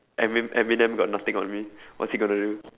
emi~ eminem got nothing on me what's he going to do